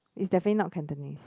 it's definitely not Cantonese